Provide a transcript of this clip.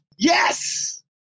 Yes